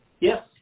Yes